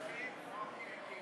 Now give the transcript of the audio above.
חברי הכנסת,